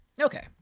okay